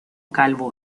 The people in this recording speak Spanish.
calvo